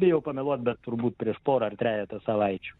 bijau pameluot bet turbūt prieš porą ar trejetą savaičių